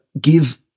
give